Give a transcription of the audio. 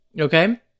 okay